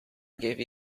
gave